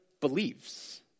believes